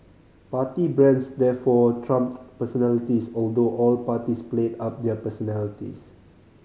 party brands therefore trumped personalities although all parties played up their personalities